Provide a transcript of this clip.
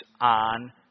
on